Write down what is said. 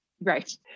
right